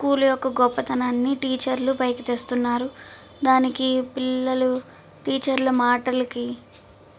school యొక్క గొప్పతనాన్ని టీచర్లు పైకి తెస్తున్నారు దానికి పిల్లలు టీచర్ల మాటలకి